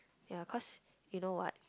ya cause you know what